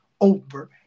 over